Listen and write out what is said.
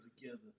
together